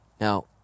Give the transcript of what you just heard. Now